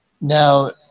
Now